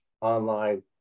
online